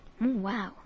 Wow